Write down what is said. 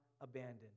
abandoned